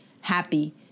happy